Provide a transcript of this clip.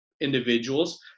individuals